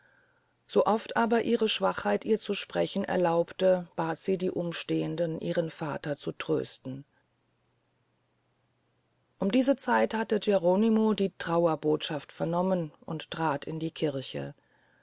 so oft aber ihre schwachheit ihr zu sprechen erlaubte bat sie die umstehenden ihren vater zu trösten um diese zeit hatte geronimo die trauerbotschaft vernommen und trat in die kirche